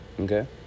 Okay